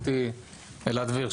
אתי נמצא אלעד דביר,